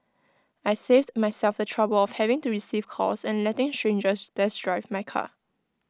I saved myself the trouble of having to receive calls and letting strangers test drive my car